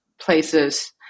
places